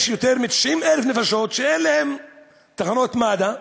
יותר מ-90,000 נפשות שאין להם תחנות מד"א,